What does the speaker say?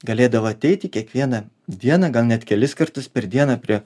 galėdavo ateiti kiekvieną dieną gal net kelis kartus per dieną prie